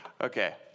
Okay